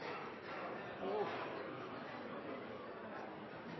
og Høyre ved